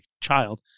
child